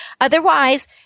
Otherwise